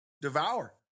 devour